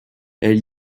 elle